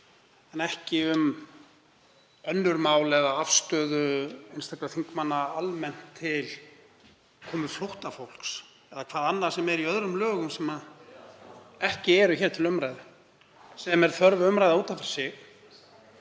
en ekki um önnur mál eða afstöðu einstakra þingmanna almennt til komu flóttafólks eða einhvers annars í öðrum lögum sem ekki eru til umræðu. Það er þörf umræða út af fyrir sig